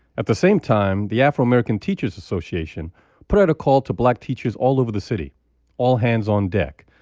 at the same time, the afro-american teachers association put out a call to black teachers all over the city all hands on deck.